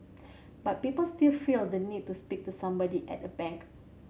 but people still feel the need to speak to somebody at a bank